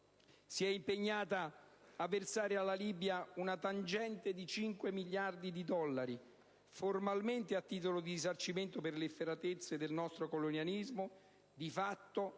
si è impegnata a versare alla Libia una tangente di cinque miliardi di dollari, formalmente a titolo di risarcimento per le efferatezze del nostro colonialismo, ma di fatto